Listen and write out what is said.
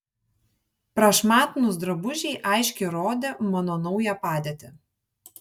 prašmatnūs drabužiai aiškiai rodė mano naują padėtį